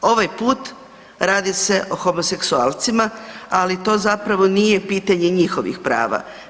Ovaj put radi se o homoseksualcima, ali to zapravo nije pitanje njihovih prava.